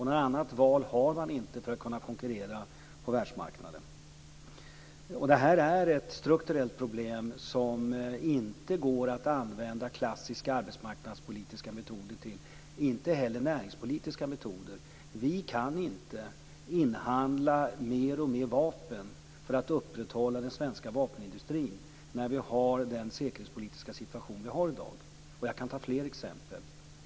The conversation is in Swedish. Något annat val har man inte för att kunna konkurrera på världsmarknaden. Det här är ett strukturellt problem som det inte går att använda klassiska arbetsmarknadspolitiska metoder till, inte heller näringspolitiska metoder. Vi kan inte inhandla mer och mer vapen för att upprätthålla den svenska vapenindustrin när vi har den säkerhetspolitiska situation vi har i dag, och jag kan ta fler exempel.